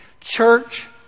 Church